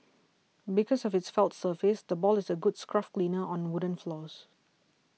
because of its felt surface the ball is a good scruff cleaner on wooden floors